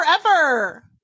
forever